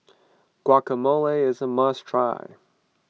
Guacamole is a must try